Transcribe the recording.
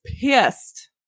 pissed